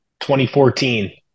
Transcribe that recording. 2014